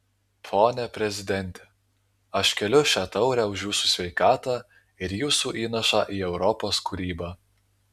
pone prezidente aš keliu šią taurę už jūsų sveikatą ir jūsų įnašą į europos kūrybą